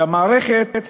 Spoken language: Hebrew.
שהמערכת,